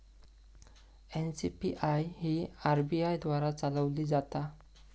NCPI ही RBI द्वारा चालवली जाता